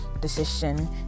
decision